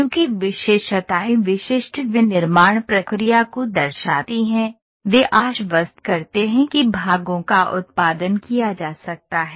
चूंकि विशेषताएं विशिष्ट विनिर्माण प्रक्रिया को दर्शाती हैं वे आश्वस्त करते हैं कि भागों का उत्पादन किया जा सकता है